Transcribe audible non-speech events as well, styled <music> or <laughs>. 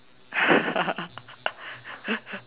<laughs>